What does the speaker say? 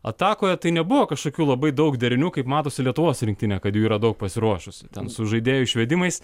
atakoje tai nebuvo kažkokių labai daug derinių kaip matosi lietuvos rinktinė kad jų yra daug pasiruošusi ten su žaidėjų išvedimais